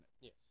Yes